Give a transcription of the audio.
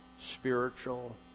spiritual